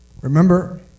Remember